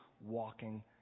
walking